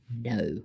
no